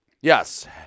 Yes